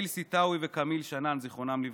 האיל סתאוי וכמיל שנאן, זיכרונם לברכה.